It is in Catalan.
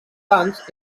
anys